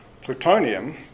Plutonium